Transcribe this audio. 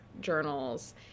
journals